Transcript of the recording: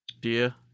dear